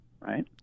right